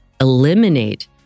eliminate